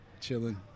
chilling